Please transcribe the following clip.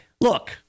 Look